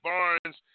Barnes